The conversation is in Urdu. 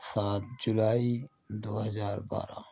سات جولائی دو ہزار بارہ